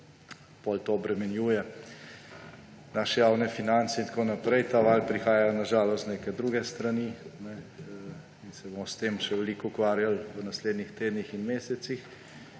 in potem to obremenjuje naše javne finance in tako naprej. Ta val prihaja, na žalost, iz neke druge strani in se bomo s tem še veliko ukvarjali v naslednjih tednih in mesecih.